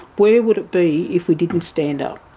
where would it be if we didn't stand up,